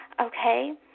Okay